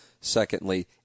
Secondly